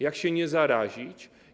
Jak się nie zarazić?